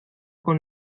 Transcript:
con